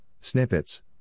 snippets